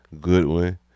Goodwin